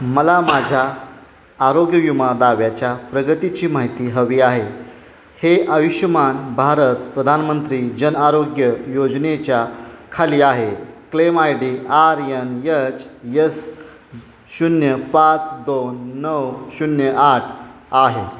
मला माझ्या आरोग्य विमा दाव्याच्या प्रगतीची माहिती हवी आहे हे आयुष्यमान भारत प्रधानमंत्री जन आरोग्य योजनेच्या खाली आहे claim I D R N H S शून्य पाच दोन नऊ शून्य आठ आहे